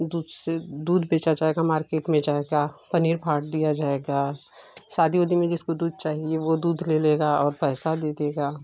दूध से दूध बेचा जाएगा मार्केट में जाएगा पनीर फाड़ दिया जाएगा शादी ओदी में जिसको दूध चाहिए वो दूध ले लेगा और पैसा दे देगा